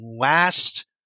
last